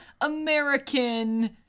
American